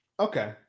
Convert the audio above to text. Okay